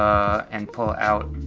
and pull out,